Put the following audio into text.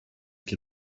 chi